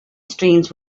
streams